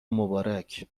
مبارک